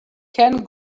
ken